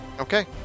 Okay